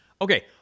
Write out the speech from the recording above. Okay